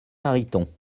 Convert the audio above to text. mariton